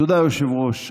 תודה, היושב-ראש.